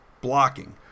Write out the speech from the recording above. blocking